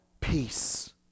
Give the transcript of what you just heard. peace